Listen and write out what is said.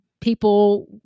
people